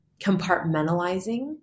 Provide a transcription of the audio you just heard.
compartmentalizing